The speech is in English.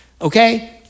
Okay